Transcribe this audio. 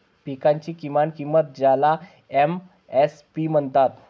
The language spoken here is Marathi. पिकांची किमान किंमत ज्याला एम.एस.पी म्हणतात